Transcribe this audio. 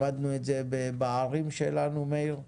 למדנו את זה בערים שלנו מאיר,